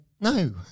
no